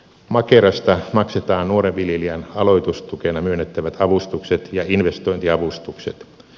makerasta maksetaan nuoren viljelijän aloitustukena myönnettävät avustukset ja investointiavustukset